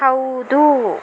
ಹೌದು